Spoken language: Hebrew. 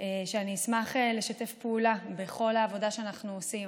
שאני אשמח לשתף פעולה בכל העבודה שאנחנו עושים.